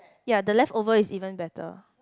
ya the leftover is even better